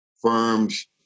firms